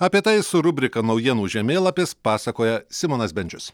apie tai su rubrika naujienų žemėlapis pasakoja simonas bendžius